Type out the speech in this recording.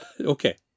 Okay